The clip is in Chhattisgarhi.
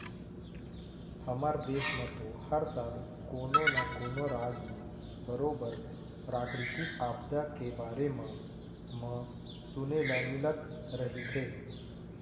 हमर देस म तो हर साल कोनो न कोनो राज म बरोबर प्राकृतिक आपदा के बारे म म सुने ल मिलत रहिथे